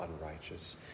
unrighteous